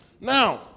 Now